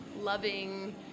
loving